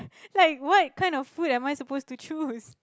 like what kind of food am I suppose to choose